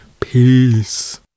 peace